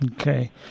Okay